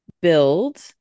build